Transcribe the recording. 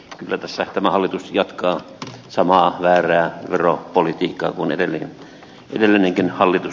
kyllä tässä tämä hallitus jatkaa samaa väärää veropolitiikkaa kuin edellinenkin hallitus